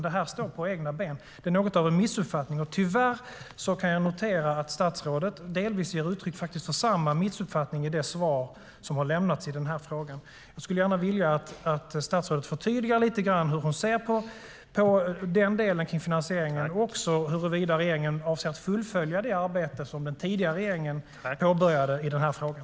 Det här står på egna ben. Det är alltså något av en missuppfattning, och tyvärr kan jag notera att statsrådet delvis ger uttryck för samma missuppfattning i det svar som har lämnats i frågan. Jag skulle gärna vilja att statsrådet förtydligar hur hon ser på finansieringen och också huruvida regeringen avser att fullfölja det arbete som den tidigare regeringen påbörjade i den här frågan.